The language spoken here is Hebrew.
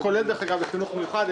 כולל לחינוך המיוחד,